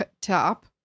top